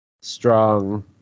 strong